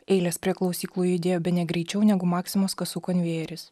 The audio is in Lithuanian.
eilės prie klausyklų judėjo bene greičiau negu maksimos kasų konvejeris